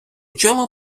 чому